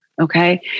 okay